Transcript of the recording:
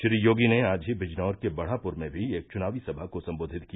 श्री योगी ने आज ही बिजनौर के बढ़ापुर में भी एक चुनावी सभा को सम्बोधित किया